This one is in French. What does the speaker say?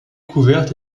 couverte